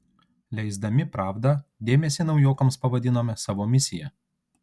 leisdami pravdą dėmesį naujokams pavadinome savo misija